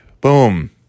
boom